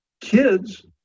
Kids